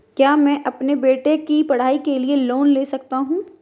क्या मैं अपने बेटे की पढ़ाई के लिए लोंन ले सकता हूं?